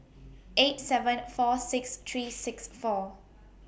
eight seven four six three six four